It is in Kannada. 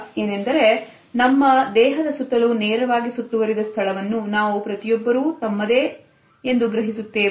ಏನೆಂದರೆ ನಮ್ಮ ದೇಹದ ಸುತ್ತಲೂ ನೇರವಾಗಿ ಸುತ್ತುವರಿದ ಸ್ಥಳವನ್ನು ನಾವು ಪ್ರತಿಯೊಬ್ಬರೂ ತಮ್ಮದೇ ಎಂದು ಗ್ರಹಿಸುತ್ತೇವೆ